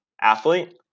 athlete